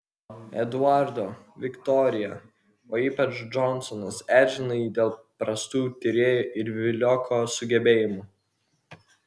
eduardo viktorija o ypač džonsonas erzino jį dėl prastų tyrėjo ir vilioko sugebėjimų